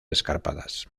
escarpadas